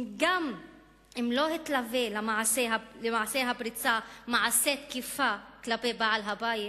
גם אם לא התלווה למעשה הפריצה מעשה תקיפה כלפי בעל-הבית,